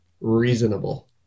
reasonable